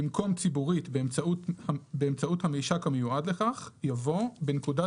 במקום "ציבורית באמצעות המישק המיועד לכך" יבוא "בנקודת